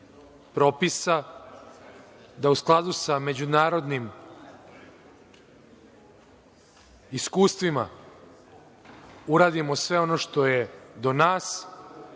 da u skladu sa međunarodnim iskustvima uradimo sve ono što je do nas,